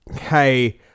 hey